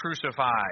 crucified